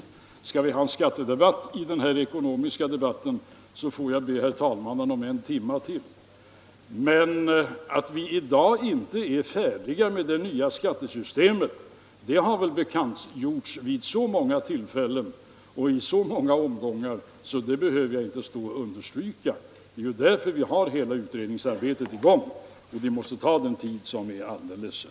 Skall det också föras en skattedebatt i den här ekonomiska debatten, måste jag be herr talmannen om en timme till. Att vi i dag inte är färdiga med det nya skattesystemet har bekantgjorts vid så många tillfällen och i så många omgångar att jag här inte behöver understryka det ytterligare. Det är ju därför vi har hela utredningsarbetet i gång, och det måste få ta den tid som är nödvändig.